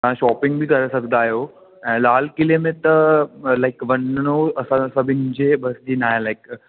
तव्हां शॉपिंग बि करे सघंदा आहियो ऐं लाल क़िले में त लाइक वञिणो असां सभिनी जे बसि जी नाहे लाइक